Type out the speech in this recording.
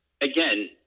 again